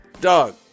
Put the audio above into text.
dog